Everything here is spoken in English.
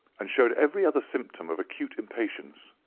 and showed every other symptom of acute impatience.